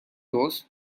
those